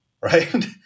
right